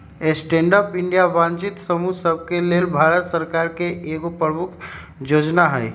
stand up India वंचित समूह सभके लेल भारत सरकार के एगो प्रमुख जोजना हइ